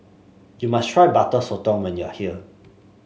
you must try Butter Sotong when you are here